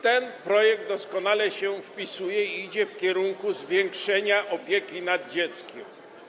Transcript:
Ten projekt doskonale się wpisuje i idzie w kierunku zwiększenia opieki nad dzieckiem.